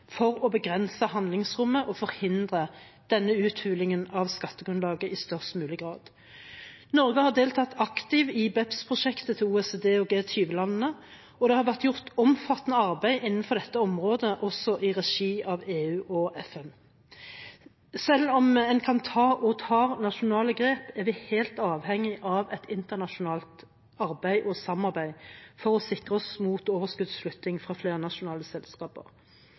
for å begrense handlingsrommet og forhindre denne uthulingen av skattegrunnlaget i størst mulig grad. Norge har deltatt aktivt i BEPS-prosjektet til OECD og G20-landene, og det har vært gjort omfattende arbeid innenfor dette området også i regi av EU og FN. Selv om en kan ta – og tar – nasjonale grep, er vi helt avhengig av et internasjonalt arbeid og samarbeid for å sikre oss mot overskuddsflytting i flernasjonale selskaper.